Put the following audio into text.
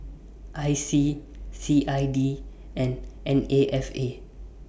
I C C I D and N A F A